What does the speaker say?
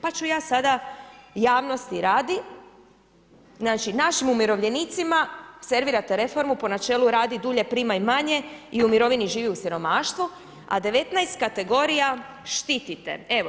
Pa ću ja sada, javnosti radi, našim umirovljenicima servirate reformu po načelu radi dulje primaj manje i u mirovini živi u siromaštvu, a 19 kategorija štitite, evo.